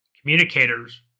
communicators